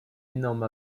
énorme